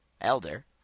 elder